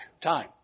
time